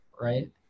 right